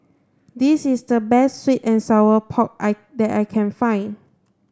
this is the best sweet and sour pork I that I can find